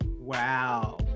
wow